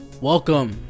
Welcome